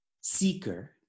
seeker